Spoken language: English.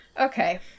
Okay